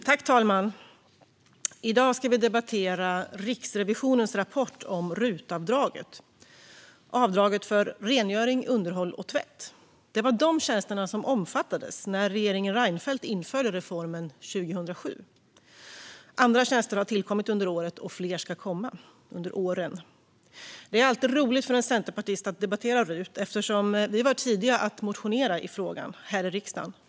Fru talman! I dag ska vi debattera Riksrevisionens rapport om RUT-avdraget, avdraget för rengöring, underhåll och tvätt. Det var dessa tjänster som omfattades när regeringen Reinfeldt införde reformen 2007. Andra tjänster har tillkommit och fler ska komma under åren. Det är alltid roligt för en centerpartist att debattera RUT, eftersom vi var tidiga att motionera i frågan här i riksdagen.